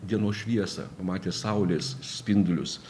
dienos šviesą pamatė saulės spindulius